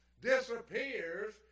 disappears